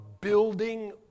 building